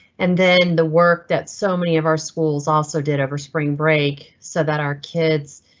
and then the work that so many of our schools also did over spring break so that our kids,